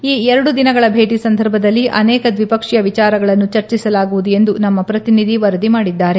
ಈ ಎರಡು ದಿನಗಳ ಭೇಟ ಸಂದರ್ಭದಲ್ಲಿ ಅನೇಕ ದ್ವಿಪಕ್ಷೀಯ ವಿಚಾರಗಳನ್ನು ಚರ್ಚಿಸಲಾಗುವುದು ಎಂದು ನಮ್ನ ಪ್ರತಿನಿಧಿ ವರದಿ ಮಾಡಿದ್ದಾರೆ